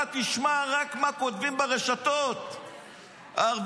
תשמע רק מה כותבים חלק מהם ברשתות הערביות,